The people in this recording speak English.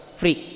free